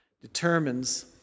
determines